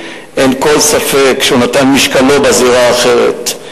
אין כל ספק שמשקלן התבטא בזירה האחרת,